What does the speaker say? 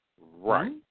Right